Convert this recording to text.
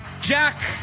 Jack